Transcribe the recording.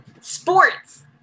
sports